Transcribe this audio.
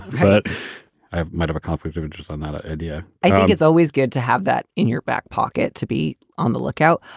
but i might have a conflict of interest on that idea i think it's always good to have that in your back pocket, to be on the lookout.